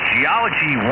Geology